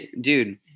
Dude